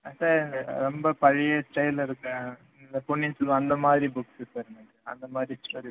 ஆ sir இங்கே ரொம்ப பழைய ஸ்டைலில் இருக்க இந்த பொன்னியின் செல்வன் அந்தமாதிரி புக்ஸ் இப்போ இருக்குமா சார் அந்தமாதிரி ஸ்டோரி புக்